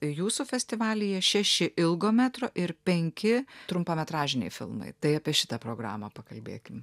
jūsų festivalyje šeši ilgo metro ir penki trumpametražiniai filmai tai apie šitą programą pakalbėkim